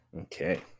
Okay